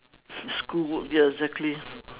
schoolwork ya exactly